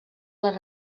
les